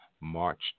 March